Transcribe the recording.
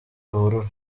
ruhurura